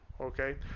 okay